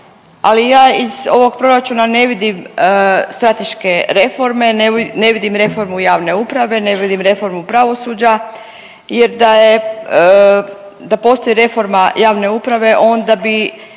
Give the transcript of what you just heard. ali ja iz ovog proračuna ne vidim strateške reforme, ne vidim reformu javne uprave, ne vidim reformu pravosuđa jer da postoji reforma javne uprave onda bi